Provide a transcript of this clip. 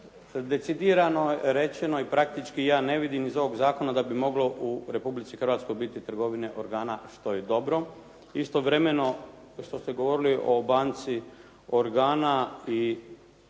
decidirano rečeno i praktički ja ne vidim iz ovog zakona da bi moglo u Republici Hrvatskoj biti trgovine organa, što je dobro. Istovremeno, što ste govorili o banci organa i